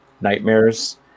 nightmares